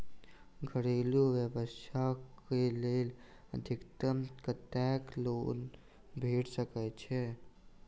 घरेलू व्यवसाय कऽ लेल अधिकतम कत्तेक लोन भेट सकय छई?